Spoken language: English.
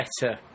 better